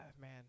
man